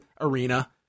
arena